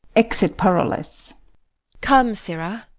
exit parolles come, sirrah.